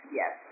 yes